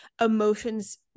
Emotions